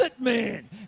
man